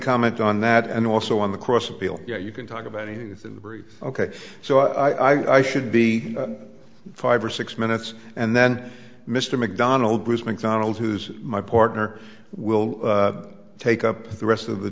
comment on that and also on the cross appeal you can talk about anything very ok so i should be five or six minutes and then mr mcdonald was mcdonald's who's my partner will take up the rest of the